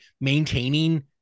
maintaining